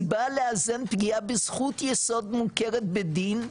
היא באה לאזן פגיעה בזכות יסוד מוכרת בדין,